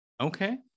Okay